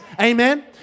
Amen